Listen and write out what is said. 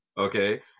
okay